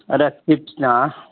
ꯑꯗ ꯆꯤꯞꯁꯅ